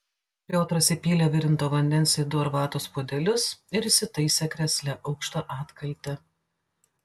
piotras įpylė virinto vandens į du arbatos puodelius ir įsitaisė krėsle aukšta atkalte